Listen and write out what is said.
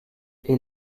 est